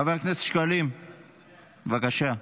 חבר הכנסת שקלים, בבקשה.